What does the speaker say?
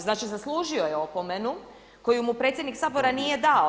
Znači, zaslužio je opomenu koju mu predsjednik Sabora nije dao.